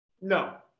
No